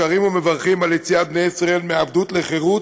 שרים ומברכים על יציאת בני-ישראל מעבדות לחירות,